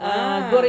ah